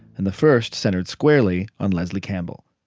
and the first centered squarely on leslie campbell.